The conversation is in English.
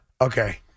okay